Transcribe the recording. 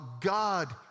God